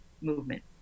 movement